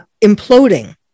imploding